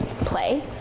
play